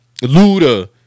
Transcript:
Luda